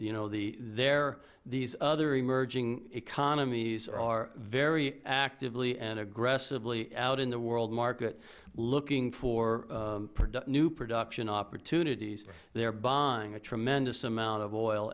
you know their these other emerging economies are very actively and aggressively out in the world market looking for new production opportunities they're buying a tremendous amount of oil